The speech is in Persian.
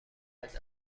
مورد